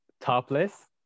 topless